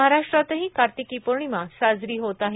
महाराश्ट्रातही कार्तिकी पौर्णिमा साजरी होत आहे